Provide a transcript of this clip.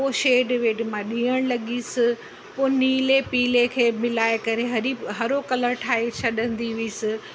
पोइ शेड वेड मां ॾियणु लॻियसि पोइ नीले पीले खे मिलाए करे हरी हरो कलर ठाहे छॾंदी हुअसि